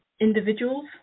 individuals